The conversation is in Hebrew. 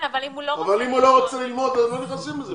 אבל אם הוא לא רוצה ללמוד, הם לא נכנסים לזה בכלל.